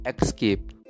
escape